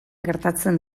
gertatzen